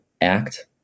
act